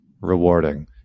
rewarding